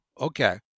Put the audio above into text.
okay